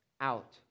out